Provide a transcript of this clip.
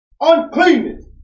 uncleanness